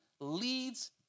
leads